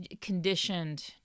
conditioned